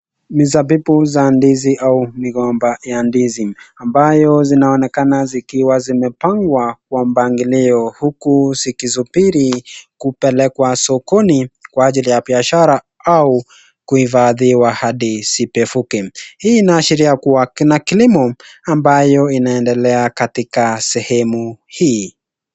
Misabibu za ndizi au migomba ya ndizi a,mbayo zinaonekana zikiwa zimepangiliwa kwa mpangilio huku zikisubiri kupelekwa sokoni kwa ajili ya biashara au kuifadhiwa hadi zibevuke. Hii inaashiria kuwa kina kilimo ambayo inaendelea katika sehemu hii.